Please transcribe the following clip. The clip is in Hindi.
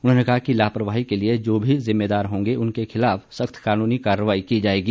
उन्होंने कहा कि लापरवाही के लिए जो भी जिम्मेदार होंगे उनके खिलाफ सख्त कानूनी कार्रवाही की जाएगी